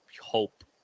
hope